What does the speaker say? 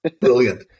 Brilliant